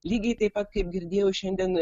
lygiai taip kaip girdėjau šiandien